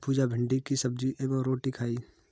आज पुजा भिंडी की सब्जी एवं रोटी खाई